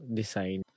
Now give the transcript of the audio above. design